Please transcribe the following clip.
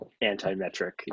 anti-metric